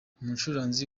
umucuranzi